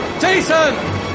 Jason